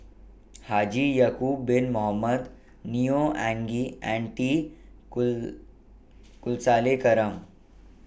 Haji Ya'Acob Bin Mohamed Neo Anngee and T Cool